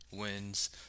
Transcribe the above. wins